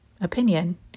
opinion